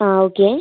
അ okay